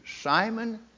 Simon